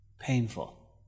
Painful